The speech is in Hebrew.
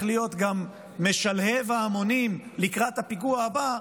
להיות גם משלהב ההמונים לקראת הפיגוע הבא,